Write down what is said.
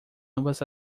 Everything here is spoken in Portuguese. ambas